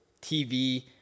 tv